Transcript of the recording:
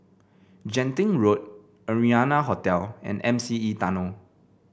Genting Road Arianna Hotel and M C E Tunnel